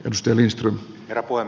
rustellista kuin